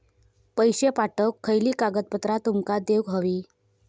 पैशे पाठवुक खयली कागदपत्रा तुमका देऊक व्हयी?